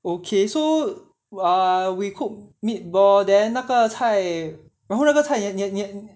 okay so ah we cook meatball then 那个菜然后那个菜你你